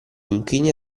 inchini